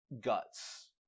guts